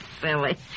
Silly